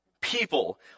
People